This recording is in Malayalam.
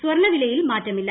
സ്വർണ്ണവിലയിൽ മാറ്റമില്ല